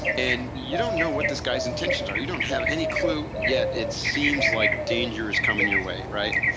and you don't know what this guy's intentions are, you don't have any clue yet it seems like danger is coming to your way right.